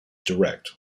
direct